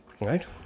right